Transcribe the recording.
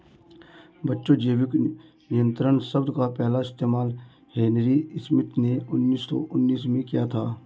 बच्चों जैविक नियंत्रण शब्द का पहला इस्तेमाल हेनरी स्मिथ ने उन्नीस सौ उन्नीस में किया था